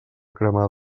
cremada